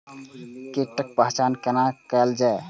कीटक पहचान कैना कायल जैछ?